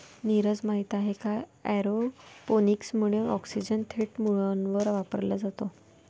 नीरज, माहित आहे का एरोपोनिक्स मुळे ऑक्सिजन थेट मुळांवर वापरला जातो